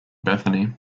bethany